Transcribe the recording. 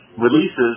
Releases